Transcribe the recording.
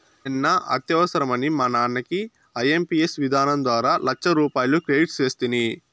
నిన్న అత్యవసరమని మా నాన్నకి ఐఎంపియస్ విధానం ద్వారా లచ్చరూపాయలు క్రెడిట్ సేస్తిని